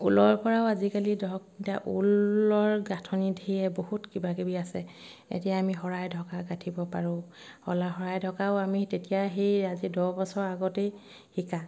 ঊলৰ পৰাও আজিকালি ধৰক এতিয়া ঊলৰ গাঁঠনি ধেই বহুত কিবাকিবি আছে এতিয়া আমি শৰাই ঢকা গাঁঠিব পাৰোঁ শৰাই ঢকাও আমি তেতিয়া সেই আজি দহ বছৰ আগতেই শিকা